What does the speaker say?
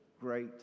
great